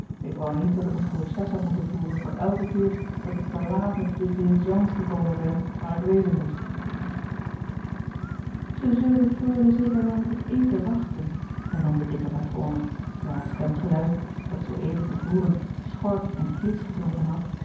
ik woû niet dat ik een proces had moeten voeren voor elke keer dat ik te laat met de dilzans gekommen ben waar k wezen moest acob van ennep laasje evenster delen ij zullen de reule zeker wel met het eten wachten hernam de dikke matrone terwijl haar stemgeluid dat zoo even te voren schor en heesch geklonken had